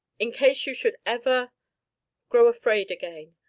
in case you should ever grow afraid again,